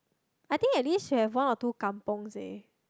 I think at least should have one or two kampungs eh